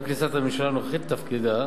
עם כניסת הממשלה הנוכחית לתפקידה,